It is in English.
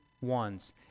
ones